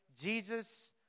Jesus